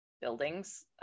buildings